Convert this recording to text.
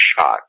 shot